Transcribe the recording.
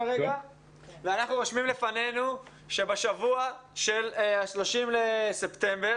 רושמים לפנינו שבשבוע של ה-30 בספטמבר,